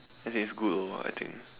as in it's good also I think